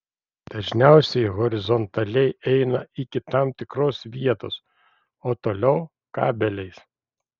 dažniausiai horizontaliai eina iki tam tikros vietos o toliau kabeliais